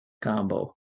combo